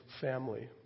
family